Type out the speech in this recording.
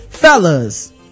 Fellas